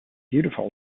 beautiful